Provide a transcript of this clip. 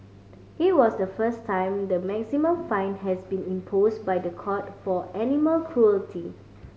it was the first time the maximum fine has been imposed by the court for animal cruelty